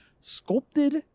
sculpted